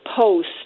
post